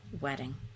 wedding